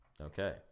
Okay